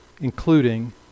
including